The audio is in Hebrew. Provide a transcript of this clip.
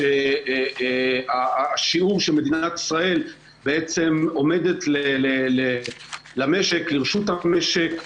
ובשיעור שמדינת ישראל בעצם מעמידה לרשות המשק,